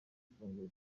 ifunguro